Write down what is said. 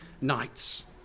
nights